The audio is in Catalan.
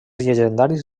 llegendaris